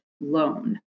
loan